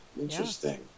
Interesting